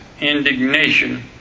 indignation